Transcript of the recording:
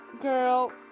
girl